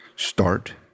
start